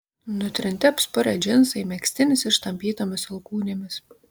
nutrinti apspurę džinsai megztinis ištampytomis alkūnėmis